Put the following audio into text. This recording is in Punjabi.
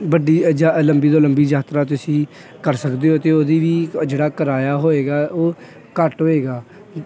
ਵੱਡੀ ਜਾ ਲੰਬੀ ਤੋਂ ਲੰਬੀ ਯਾਤਰਾ ਤੁਸੀਂ ਕਰ ਸਕਦੇ ਹੋ ਅਤੇ ਉਹਦੀ ਵੀ ਜਿਹੜਾ ਕਿਰਾਇਆ ਹੋਏਗਾ ਉਹ ਘੱਟ ਹੋਏਗਾ